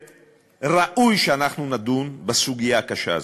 וראוי שאנחנו נדון בסוגיה הקשה הזאת.